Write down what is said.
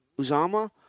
Uzama